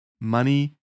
money